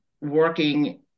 working